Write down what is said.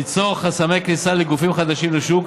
ליצור חסמי כניסה לגופים חדשים לשוק,